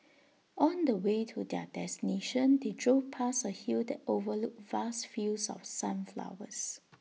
on the way to their destination they drove past A hill that overlooked vast fields of sunflowers